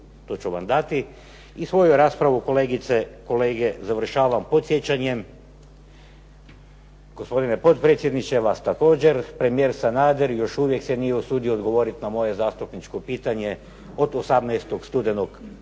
to ću vam dati. I svoju raspravu kolegice, kolege, završavam podsjećanjem, gospodine potpredsjedniče vas također, premijer Sanader još uvijek se nije usudio odgovorit na moje zastupničko pitanje od 18. studenog prošle